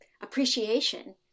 appreciation